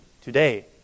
today